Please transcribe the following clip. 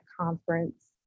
conference